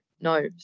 no